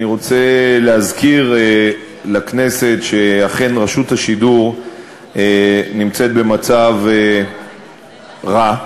אני רוצה להזכיר לכנסת שאכן רשות השידור נמצאת במצב רע.